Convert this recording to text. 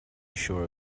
sure